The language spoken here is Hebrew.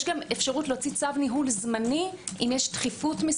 יש גם אפשרות להוציא צו ניהול זמני אם יש דחיפות,